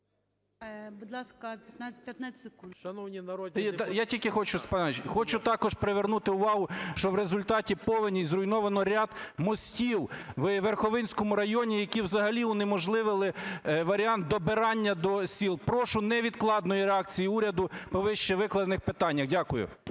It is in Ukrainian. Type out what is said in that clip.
Я тільки хочу, Степан Іванович, хочу також привернути увагу, що в результаті повеней зруйновано ряд мостів в Верховинському районі, які взагалі унеможливили варіант добирання до сіл. Прошу невідкладної реакції уряду по вище викладених питаннях. Дякую.